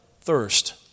thirst